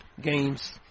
games